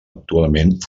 actualment